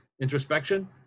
introspection